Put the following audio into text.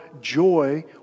joy